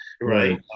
Right